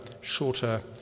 shorter